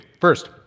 First